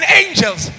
angels